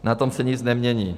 Na tom se nic nemění.